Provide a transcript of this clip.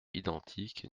identiques